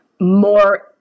more